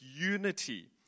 unity